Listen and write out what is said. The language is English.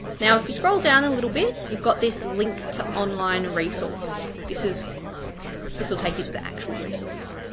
now if you scroll down a little bit you've got this link to online a resource, this is this will take you to the actual resource.